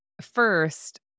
First